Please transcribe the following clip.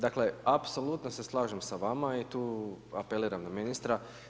Dakle, apsolutno se slažem sa vama i tu apeliram na ministra.